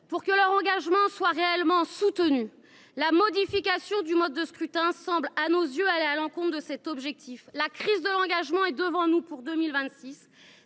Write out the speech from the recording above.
pour que leur engagement soit réellement soutenu. Or la modification du mode de scrutin semble aller à l’encontre de cet objectif. La crise de l’engagement est le défi majeur qui